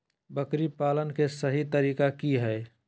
बकरी पालन के सही तरीका की हय?